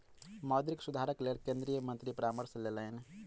मौद्रिक सुधारक लेल केंद्रीय मंत्री परामर्श लेलैन